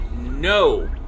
no